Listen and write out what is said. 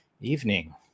Evening